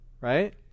right